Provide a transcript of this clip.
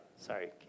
Sorry